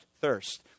thirst